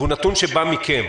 והוא נתון שבא מכם,